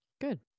good